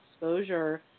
exposure